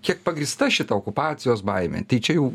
kiek pagrįsta šita okupacijos baimė tai čia jau